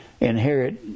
inherit